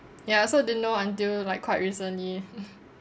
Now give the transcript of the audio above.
ya I also didn't know until like quite recently